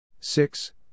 six